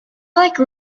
like